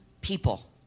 people